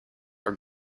are